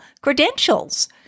credentials